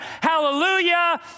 Hallelujah